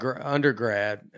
undergrad